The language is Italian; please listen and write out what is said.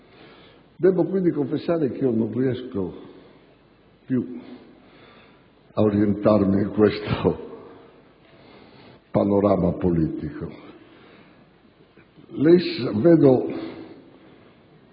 Debbo quindi confessare che non riesco più a orientarmi in questo panorama politico.